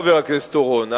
חבר הכנסת אורון,